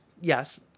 Yes